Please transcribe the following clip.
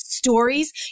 stories